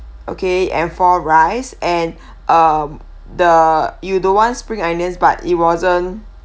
okay and four rice and um the you don't want spring onions but it wasn't